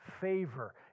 favor